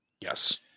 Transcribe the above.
Yes